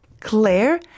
Claire